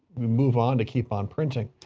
move on to keep on printing.